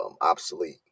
obsolete